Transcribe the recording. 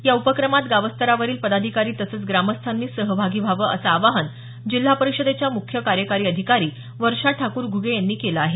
या उपक्रमात गावस्तरावरील पदाधिकारी तसंच ग्रामस्थांनी सहभागी व्हावं असं आवाहन जिल्हा परिषदेच्या मुख्य कार्यकारी अधिकारी वर्षा ठाकूर घुगे यांनी केलं आहे